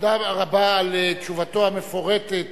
תודה רבה על תשובתו המפורטת